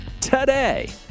Today